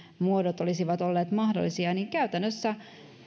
muodot olisivat olleet mahdollisia niin käytännössä